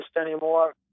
anymore